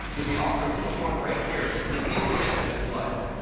you'll be offered each one right here so you can easily get them if you like.